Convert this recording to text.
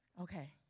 Okay